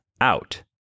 out